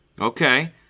okay